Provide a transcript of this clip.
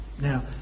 now